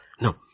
No